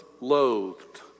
loathed